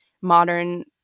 modern